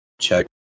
check